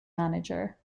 manager